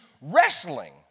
wrestling